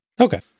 Okay